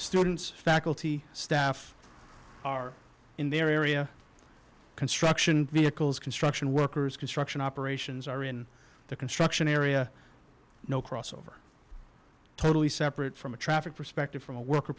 students faculty staff are in their area construction vehicles construction workers construction operations are in the construction area no crossover totally separate from a traffic perspective from a worker